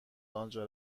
آنجا